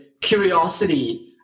curiosity